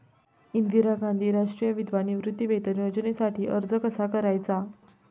इंदिरा गांधी राष्ट्रीय विधवा निवृत्तीवेतन योजनेसाठी अर्ज कसा करायचा?